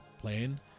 playing